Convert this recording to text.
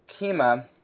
Kima